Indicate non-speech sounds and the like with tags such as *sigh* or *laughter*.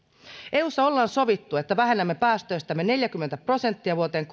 eussa ollaan sovittu että vähennämme päästöistämme neljäkymmentä prosenttia vuoteen *unintelligible*